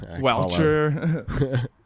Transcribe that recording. Welcher